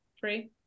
free